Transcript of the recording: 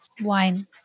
Wine